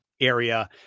area